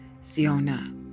Siona